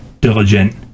diligent